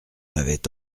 m’avait